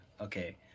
Okay